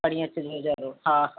परीहं अचिजो हा